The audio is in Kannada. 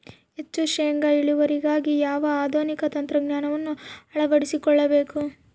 ಹೆಚ್ಚು ಶೇಂಗಾ ಇಳುವರಿಗಾಗಿ ಯಾವ ಆಧುನಿಕ ತಂತ್ರಜ್ಞಾನವನ್ನು ಅಳವಡಿಸಿಕೊಳ್ಳಬೇಕು?